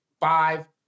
five